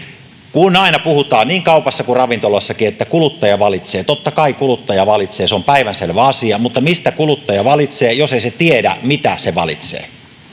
kun aina puhutaan niin kaupassa kuin ravintoloissakin että kuluttaja valitsee niin totta kai kuluttaja valitsee se on päivänselvä asia mutta mistä kuluttaja valitsee jos ei hän tiedä mitä hän valitsee